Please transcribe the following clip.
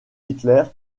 hitler